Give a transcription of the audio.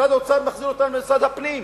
משרד האוצר מחזיר אותם למשרד הפנים,